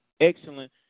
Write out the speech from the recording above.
excellent